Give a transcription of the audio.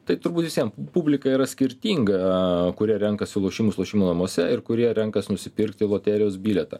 tai turbūt visiem publika yra skirtinga kurie renkasi lošimus lošimo namuose ir kurie renkasi nusipirkti loterijos bilietą